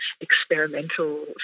experimental